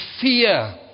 fear